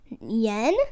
yen